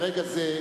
מרגע זה,